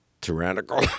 tyrannical